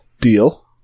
deal